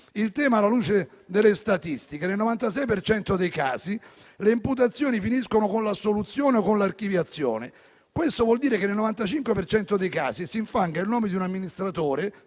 «il tema la luce delle statistiche. Nel 95 per cento dei casi le imputazioni finiscono con l'assoluzione o con l'archiviazione Questo vuol dire che nel 95 per cento dei casi si infanga il nome di un amministratore»